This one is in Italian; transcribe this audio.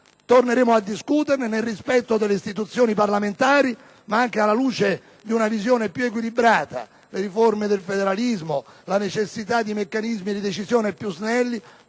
torneremo a discuterne, nel rispetto delle istituzioni parlamentari e anche alla luce di una visione più equilibrata. La riforma del federalismo e la necessità di meccanismi di decisione più snelli